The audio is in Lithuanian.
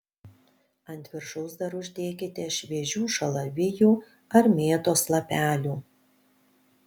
ant viršaus dar uždėkite šviežių šalavijų ar mėtos lapelių